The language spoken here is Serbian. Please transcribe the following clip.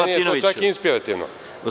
Meni je to čak i inspirativno…